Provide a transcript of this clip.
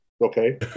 Okay